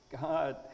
God